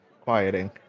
quieting